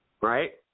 Right